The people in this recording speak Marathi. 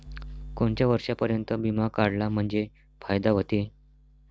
कोनच्या वर्षापर्यंत बिमा काढला म्हंजे फायदा व्हते?